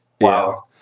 Wow